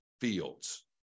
fields